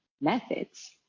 methods